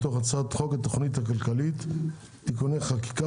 מתוך הצעת חוק התכנית הכלכלית (תיקוני חקיקה